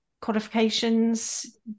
qualifications